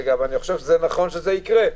אני חושב שנכון שזה יקרה,